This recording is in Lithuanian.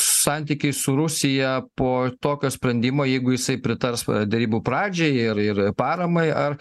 santykiai su rusija po tokio sprendimo jeigu jisai pritars derybų pradžiai ir ir paramai ar